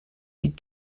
die